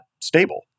stable